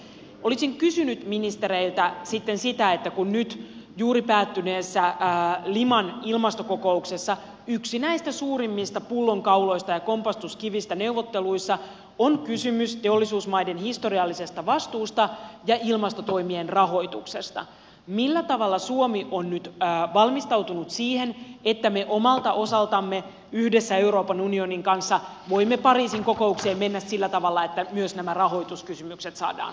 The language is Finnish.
olisin kysynyt ministereiltä sitä että kun nyt juuri päättyneessä liman ilmastokokouksessa yksi näistä suurimmista pullonkauloista ja kompastuskivistä neuvotteluissa oli kysymys teollisuusmaiden historiallisesta vastuusta ja ilmastotoimien rahoituksesta niin millä tavalla suomi on nyt valmistautunut siihen että me omalta osaltamme yhdessä euroopan unionin kanssa voimme pariisin kokoukseen mennä sillä tavalla että myös nämä rahoituskysymykset saadaan ratkaistua